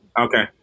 Okay